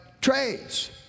trades